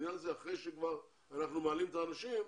אחרי שכבר אנחנו מעלים את האנשים,